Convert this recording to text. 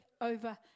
over